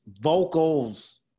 vocals